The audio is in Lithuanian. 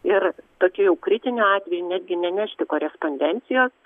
ir tokiu jau kritiniu atveju netgi nenešti korespondencijos